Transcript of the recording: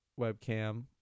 webcam